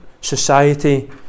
society